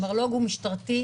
המרלוג הוא משטרתי,